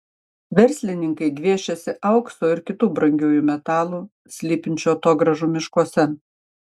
verslininkai gviešiasi aukso ir kitų brangiųjų metalų slypinčių atogrąžų miškuose